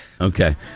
Okay